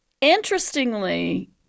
interestingly